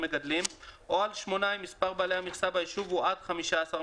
תודה רבה, אדוני היושב-ראש.